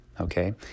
okay